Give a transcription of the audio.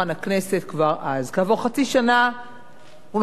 כעבור חצי שנה הונחה הצעת חוק חדשה,